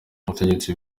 ubutegetsi